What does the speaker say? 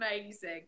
amazing